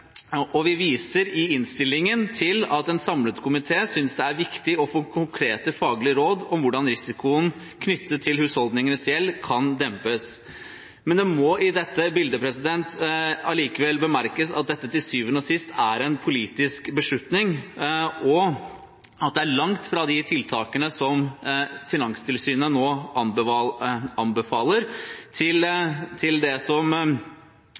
Vi viser i innstillingen til at en samlet komité synes det er viktig å få konkrete faglige råd om hvordan risikoen knyttet til husholdningenes gjeld kan dempes. Det må i dette bildet likevel bemerkes at dette til syvende og sist er en politisk beslutning. Det er langt fra de tiltakene som Finanstilsynet nå anbefaler, til det som var oppmykningene i utlånspraksis som Fremskrittspartiet og Høyre gikk til valg på, og som